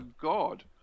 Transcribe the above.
god